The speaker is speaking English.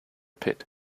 pit